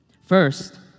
First